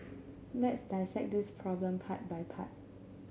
let's dissect this problem part by part